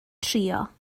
trio